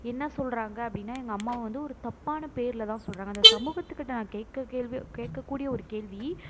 என்ன சொல்கிறாங்க அப்படின்னா எங்கள் அம்மாவை வந்து ஒரு தப்பான பேரில் தான் சொல்கிறாங்க இந்த சமூகத்துக்கிட்டே நான் கேட்க கேள்வி கேட்கக்கூடிய ஒரு கேள்வி